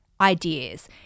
ideas